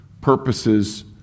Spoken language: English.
purposes